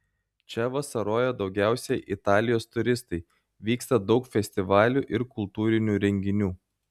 čia vasaroja daugiausiai italijos turistai vyksta daug festivalių ir kultūrinių renginių